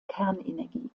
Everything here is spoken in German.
kernenergie